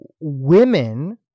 women